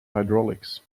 hydraulics